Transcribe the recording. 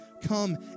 come